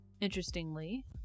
Interestingly